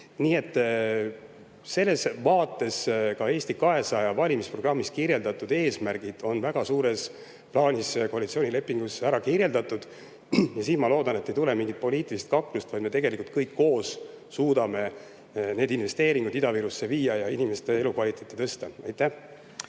Nii et selles vaates ka Eesti 200 valimisprogrammis kirjeldatud eesmärgid on väga suures plaanis koalitsioonilepingus kirjas. Ja ma loodan, et siin ei tule mingit poliitilist kaklust, vaid me tegelikult kõik koos suudame need investeeringud Ida-Virusse viia ja inimeste elukvaliteeti tõsta. Aitäh,